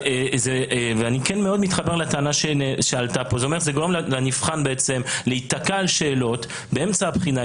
אני מתחבר לטענה שעלתה פה שזה גורם לנבחן להיתקע על שאלות באמצע הבחינה,